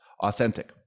authentic